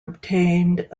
obtained